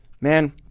Man